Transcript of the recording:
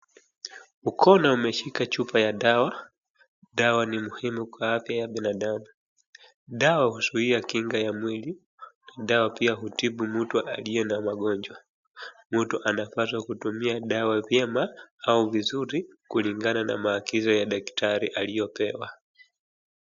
Mkono umeshika chupa ya dawa. Dawa ni muhimu kwa afya ya binadamu. Dawa huzuia kinga ya mwili. Dawa pia hutibu mtu aliyena magonjwa. Mtu anapaswa kutumia dawa vyema au vizuri kulingana na maangizo ya daktari aliyopewa.